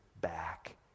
back